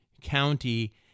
county